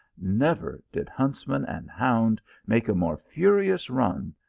never did huntsman and hound make a more furious run,